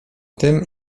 tym